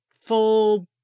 full